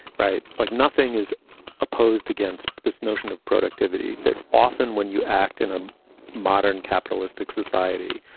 right. like nothing is opposed against this notion of productivity that often when you act in a modern capitalistic society,